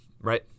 right